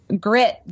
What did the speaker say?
grit